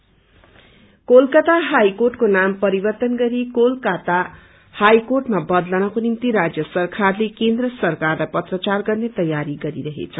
HC name Kolkata high कोर्टको नाम परिवर्त्तन गरि कोलकत्ता हाई कोर्टमा बदलनको निम्ति राज्य सरकारले केन्द्र सरकारलाई पत्रचार गर्ने तयारी गरी रहेछ